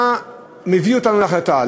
מה מביא אותנו להחלטה?